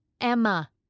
Emma